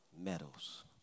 Medals